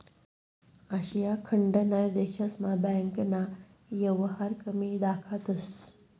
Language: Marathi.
आशिया खंडना देशस्मा बँकना येवहार कमी दखातंस